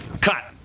Cut